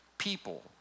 people